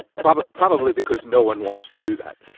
and probably probably because no one wants to do that.